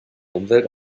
umwelt